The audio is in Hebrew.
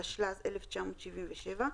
התשל"ז-1977,